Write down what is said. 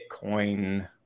bitcoin